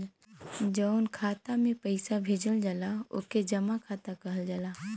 जउन खाता मे पइसा भेजल जाला ओके जमा खाता कहल जाला